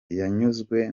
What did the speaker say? yanyuzwe